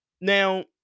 Now